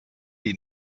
die